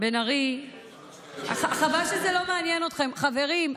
בן ארי, חבל שזה לא מעניין אתכם, חברים.